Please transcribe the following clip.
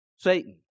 Satan